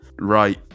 Right